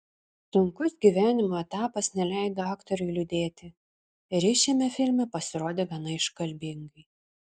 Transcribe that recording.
sunkus gyvenimo etapas neleido aktoriui liūdėti ir jis šiame filme pasirodė gana iškalbingai